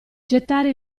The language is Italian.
gettare